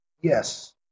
yes